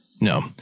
No